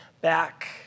back